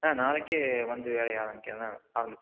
ஆ நாளைக்கு வந்து வேலையை ஆரமிக்கிறதுன்னா ஆரம்பிச்சிக்கிலாம்